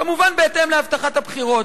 כמובן בהתאם להבטחת הבחירות.